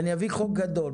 ואחר כך היא תביא חוק גדול.